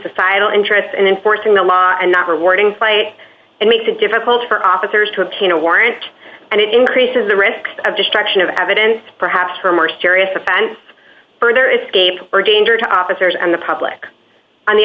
societal interest in enforcing the law and not rewarding fight it makes it difficult for officers to obtain a warrant and it increases the risk of destruction of evidence perhaps for a more serious offense further escape or danger to officers and the public on the